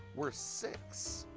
we're six.